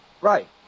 Right